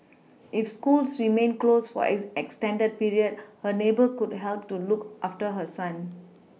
if schools remain close for extended period her neighbour could help to look after her son